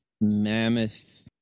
mammoth